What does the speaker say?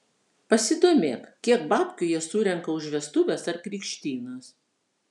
pasidomėk kiek babkių jie surenka už vestuves ar krikštynas